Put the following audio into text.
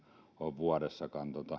vuodessa